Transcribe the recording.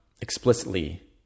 explicitly